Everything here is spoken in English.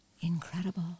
incredible